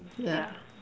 yeah